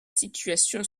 situation